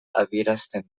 adierazten